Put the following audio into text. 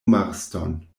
marston